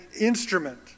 instrument